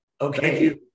okay